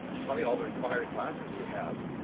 funny all the required classes we have